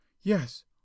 Yes